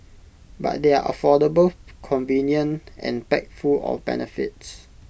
but they are affordable convenient and packed full of benefits